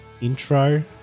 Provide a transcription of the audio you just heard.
intro